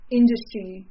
industry